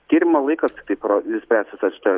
tyrimo laikas tiktai paro išspręs visą šitą